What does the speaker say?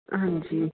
ਹਾਂਜੀ